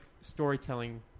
storytelling